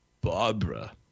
Barbara